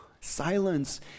Silence